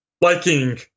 liking